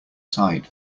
side